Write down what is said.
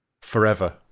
forever